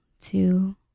two